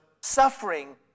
suffering